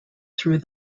through